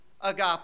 agape